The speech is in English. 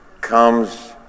comes